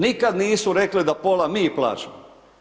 Nikad nisu rekli da pola mi plaćamo.